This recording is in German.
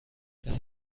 das